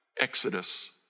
Exodus